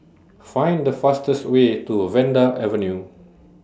Find The fastest Way to Vanda Avenue